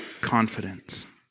confidence